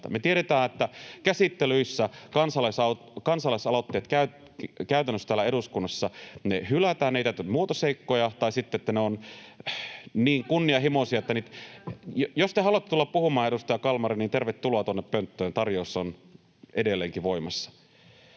Me tiedetään, että käsittelyissä kansalaisaloitteet käytännössä täällä eduskunnassa hylätään. Ne eivät täytä muotoseikkoja tai sitten ne ovat [Anne Kalmarin välihuuto] niin kunnianhimoisia, että... — Jos te haluatte tulla puhumaan, edustaja Kalmari, niin tervetuloa tuonne pönttöön, tarjous on edelleenkin voimassa.